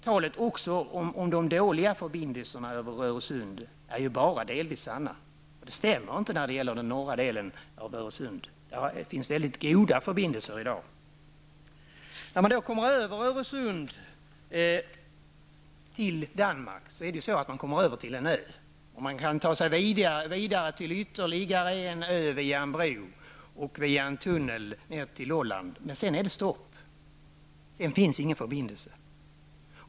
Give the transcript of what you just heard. Talet om de dåliga förbindelserna över Öresund är bara delvis sant. Det stämmer inte när det gäller den norra delen av Öresund. Där finns i dag mycket goda förbindelser. När man kommer över Öresund till Danmark befinner man sig på en ö, och man kan ta sig vidare till ytterligare en ö via en bro och via en tunnel ner till Lolland. Men sedan är det stopp, sedan finns ingen förbindelse.